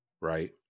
right